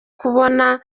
kubona